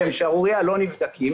לא נבדקים